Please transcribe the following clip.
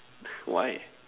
why